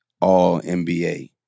all-NBA